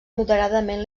moderadament